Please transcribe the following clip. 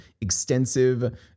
extensive